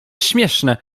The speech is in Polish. śmieszne